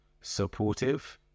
supportive